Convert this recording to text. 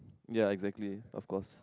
ya exactly of course